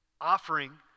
offering